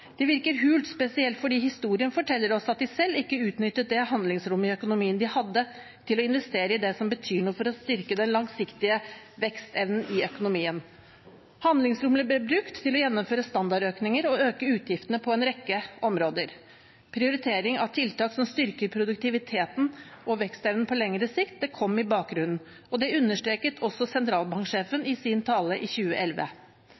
Det virker hult, spesielt fordi historien forteller oss at de selv ikke utnyttet det handlingsrommet i økonomien de hadde til å investere i det som betyr noe for å styrke den langsiktige vekstevnen i økonomien. Handlingsrommet ble brukt til å gjennomføre standardøkninger og øke utgiftene på en rekke områder. Prioritering av tiltak som styrker produktiviteten og vekstevnen på lengre sikt, kom i bakgrunnen. Det understreket også sentralbanksjefen i sin tale i 2011.